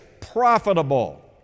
profitable